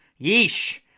Yeesh